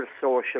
social